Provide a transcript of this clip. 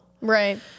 Right